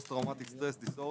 post-traumatic stress disorder,